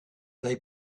they